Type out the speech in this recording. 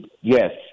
Yes